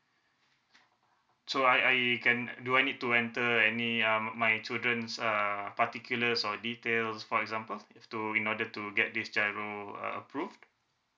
so I I can do I need to enter any uh my children's uh particulars or details for example if to in order to get this GIRO uh approved